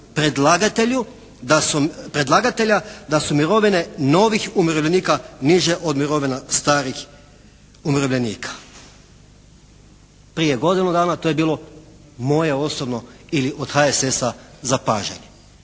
predlagatelja da su mirovine novih umirovljenika niže od mirovina starih umirovljenika. Prije godinu dana to je bilo moje osobno ili od HSS-a zapažanje,